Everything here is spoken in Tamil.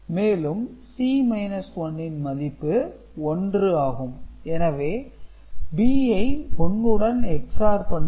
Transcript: மேலும் C 1 ன் மதிப்பு 1 ஆகும் எனவே B ஐ 1 உடன் XOR பண்ணும் போது B பிரைம் வெளியீடாக கிடைக்கும்